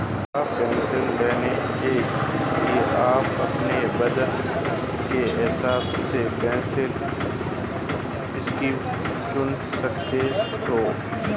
अब पेंशन लेने के लिए आप अपने बज़ट के हिसाब से पेंशन स्कीम चुन सकते हो